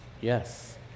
yes